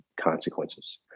consequences